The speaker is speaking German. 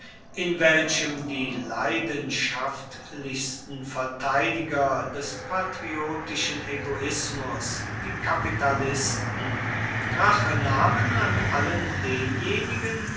in welchem die leidenschaftlichsten verteidiger des patriotischen egoismus die kapitalisten rache nahmen an allen denjenigen